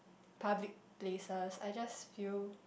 public places I just feel